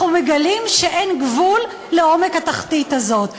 אנחנו מגלים שאין גבול לעומק התחתית הזאת.